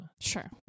sure